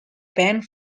band